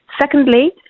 Secondly